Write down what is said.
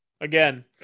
again